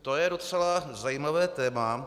To je docela zajímavé téma.